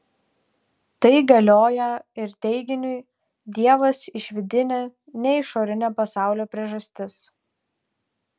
tai galioją ir teiginiui dievas išvidinė ne išorinė pasaulio priežastis